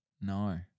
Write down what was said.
No